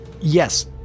Yes